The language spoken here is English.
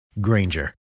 Granger